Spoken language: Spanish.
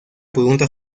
pregunta